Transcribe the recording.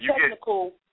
technical